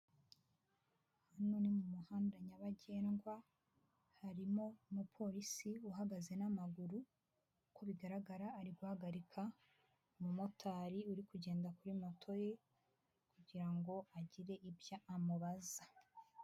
Hano ni mu muhanda nyabagendwa harimo umuporisi uhagaze n'amaguru uko bigaragara ari guhagarika umumotari uri kugenda kuri moto ye kugirango agire ibyo amubaza.